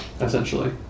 essentially